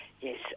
Yes